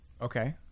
okay